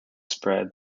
spread